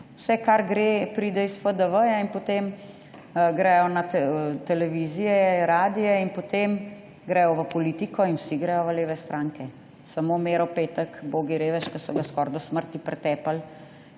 Vse, kar gre, pride iz FDV in potem grejo na televizije, radije in potem grejo v politiko in vsi grejo v leve stranke. Samo Miro Petek, ubogi revež, ki so ga skoraj do smrti pretepli,